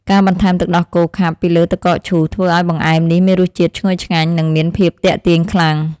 ការបន្ថែមទឹកដោះគោខាប់ពីលើទឹកកកឈូសធ្វើឱ្យបង្អែមនេះមានរសជាតិឈ្ងុយឆ្ងាញ់និងមានភាពទាក់ទាញខ្លាំង។